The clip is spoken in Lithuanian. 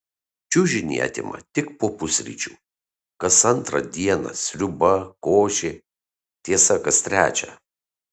čiužinį atima tik po pusryčių kas antrą dieną sriuba košė tiesa kas trečią